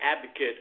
advocate